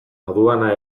aduana